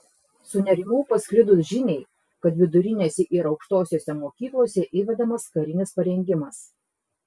sunerimau pasklidus žiniai kad vidurinėse ir aukštosiose mokyklose įvedamas karinis parengimas